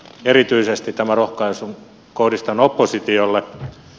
kohdistan tämän rohkaisun erityisesti oppositiolle